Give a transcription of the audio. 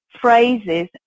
phrases